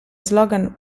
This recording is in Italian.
slogan